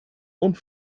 und